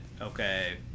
okay